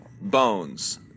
Bones